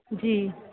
जी